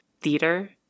theater